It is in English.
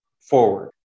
forward